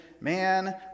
man